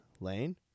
Lane